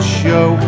show